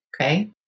okay